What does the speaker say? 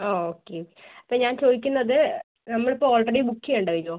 ആ ഓക്കെ അപ്പം ഞാൻ ചോദിക്കുന്നത് നമ്മളിപ്പോൾ ഓൾറെഡി ബുക്ക് ചെയ്യേണ്ടി വരുവോ